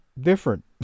different